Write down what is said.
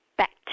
back